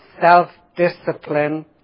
self-discipline